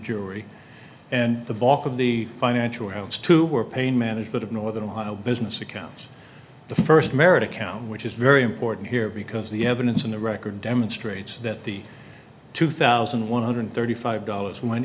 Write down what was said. jury and the bulk of the financial hounds too were pain management of northern ohio business accounts the first marriage accounting which is very important here because the evidence in the record demonstrates that the two thousand one hundred thirty five dollars went